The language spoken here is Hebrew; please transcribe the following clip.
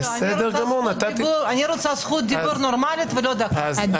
אני רוצה זכות דיבור נורמלית ולא דקה פחות.